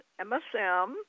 MSM